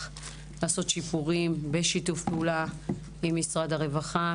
לעשות שיפורים בשיתוף פעולה עם משרד הרווחה,